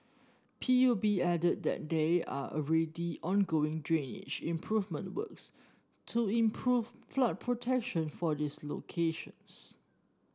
P U B added that they are already ongoing drainage improvement works to improve flood protection for these locations